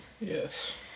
Yes